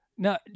No